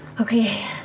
Okay